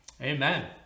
Amen